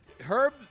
Herb